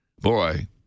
boy